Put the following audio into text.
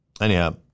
anyhow